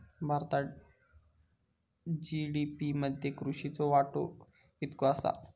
भारतात जी.डी.पी मध्ये कृषीचो वाटो कितको आसा?